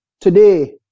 Today